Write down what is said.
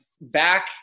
back